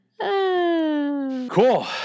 Cool